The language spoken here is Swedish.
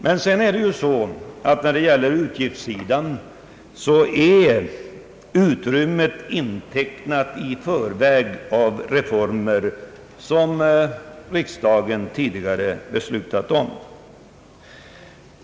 Men på utgiftssidan är utrymmet intecknat i förväg av reformer som riksdagen tidigare beslutat om.